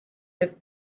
peab